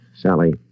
Sally